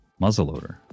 muzzleloader